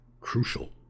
crucial